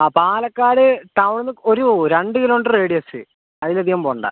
ആ പാലക്കാട് ടൗൺ ഒരു രണ്ട് കിലോമീറ്റർ റേഡിയസ് അതില് അധികം പോകണ്ട